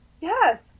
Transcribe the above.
yes